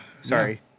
Sorry